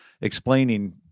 explaining